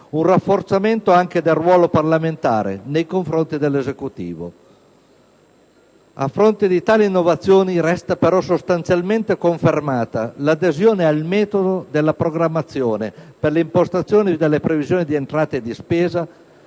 un rafforzamento anche del ruolo parlamentare nei confronti dell'Esecutivo. A fronte di tali innovazioni, resta sostanzialmente confermata l'adesione al metodo della programmazione per l'impostazione delle previsioni di entrata e di spesa;